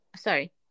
Sorry